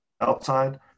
outside